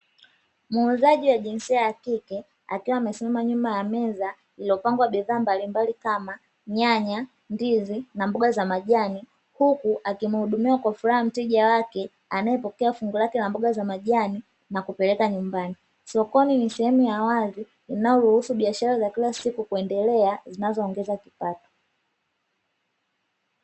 Muuzaji wa jinsia ya kike akiwa amesimama nyuma ya meza iliyopangwa bidhaa mbalimbali kama: nyanya, ndizi, na mboga za majani, huku akimhudumia kwa furaha mteja wake anayepokea fungu lake la mboga za majani na kupeleka nyumbani. Sokoni ni sehemu ya wazi inayoruhusu biashara za kila siku kuendelea zinazoongeza kipato.